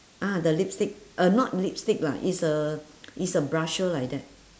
ah the lipstick uh not lipstick ah is a is a brusher like that